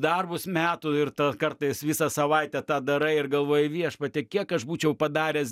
darbus metų ir kartais visą savaitę tą darai ir galvoji viešpatie kiek aš būčiau padaręs